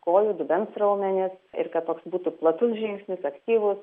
kojų dubens raumenys ir kad toks būtų platus žingsnis aktyvus